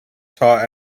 taught